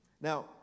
Now